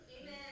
Amen